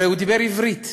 הרי הוא דיבר עברית,